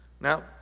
Now